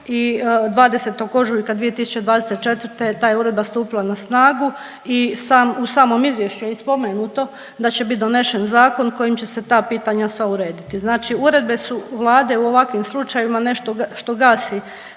i 20. ožujka 2024. ta je uredba stupila na snagu i u samom izvješću je i spomenuto da će bit donesen zakon kojim će se ta pitanja sva urediti. Znači uredbe su Vlade u ovakvim slučajevima nešto što gasi